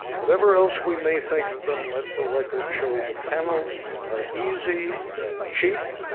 whatever else we may think of them, let the record show that panels are easy and cheap,